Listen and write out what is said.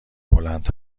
بلند